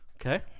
Okay